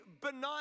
benign